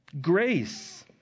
grace